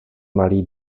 malý